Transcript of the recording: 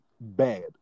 bad